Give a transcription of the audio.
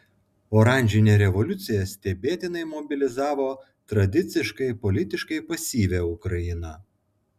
oranžinė revoliucija stebėtinai mobilizavo tradiciškai politiškai pasyvią ukrainą